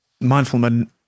mindfulness